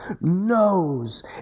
knows